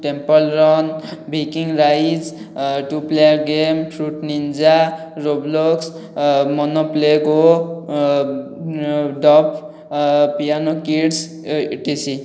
temple Run Viking Rise ଟୁପିଆଇ game Fruit Ninja Roblox Monopoly Go duck piano keys etc